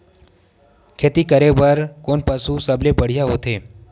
खेती करे बर कोन से पशु सबले बढ़िया होथे?